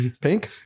Pink